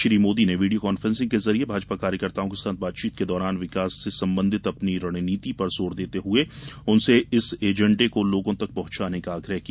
श्री मोदी ने video conference के जरिये भाजपा कार्यकर्ताओं के साथ बातचीत के दौरान विकास से संबंधित अपनी रणनीति पर जोर देते हए उनसे इस एजेंडे को लोगों तक पहुंचाने का आग्रह किया